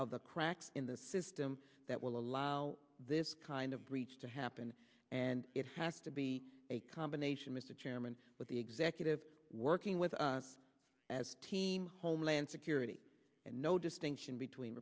of the cracks in the system that will allow this kind of breach to happen and it has to be a combination mr chairman with the executive working with us as a team homeland security and no distinction between